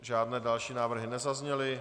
Žádné další návrhy nezazněly.